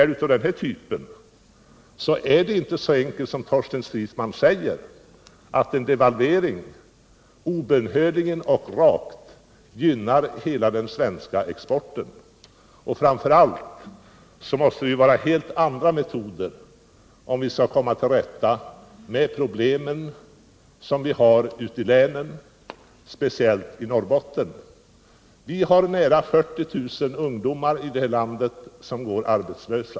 Det är inte så enkelt som Torsten Stridsman säger att en devalvering rakt igenom gynnar hela den svenska exporten. Det måste helt andra metoder till om vi skall komma till rätta med problemen ute i länen. Nära 40 000 ungdomar går arbetslösa här i landet.